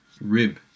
rib